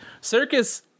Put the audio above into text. Circus